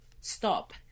stop